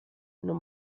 non